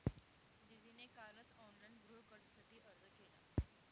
दीदीने कालच ऑनलाइन गृहकर्जासाठी अर्ज केला